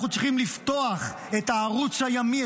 אנחנו צריכים לפתוח את הערוץ הימי,